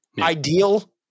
ideal